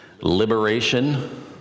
Liberation